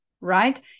right